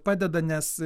padeda nes